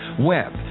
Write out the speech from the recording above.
web